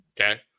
okay